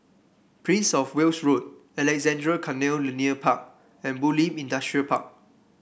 Prince Of Wales Road Alexandra Canal Linear Park and Bulim Industrial Park